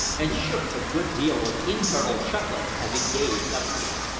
and shook a good deal with internal chuckling, as he gazed upwards.